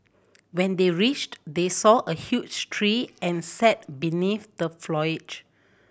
when they reached they saw a huge tree and sat beneath the foliage